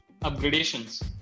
upgradations